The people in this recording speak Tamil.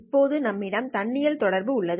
இப்போது நம்மிடம் தன்னியல் தொடர்பு உள்ளது